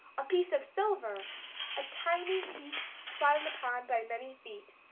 a piece of silver a tiny piece trodden upon by many feet,